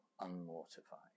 unmortified